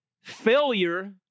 Failure